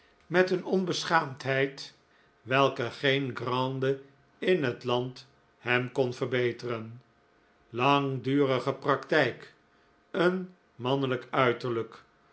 met een onbeschaamdheid welke geen grande in het land hem kon verbeteren langdurige praktijk een mannelijk uiterlijk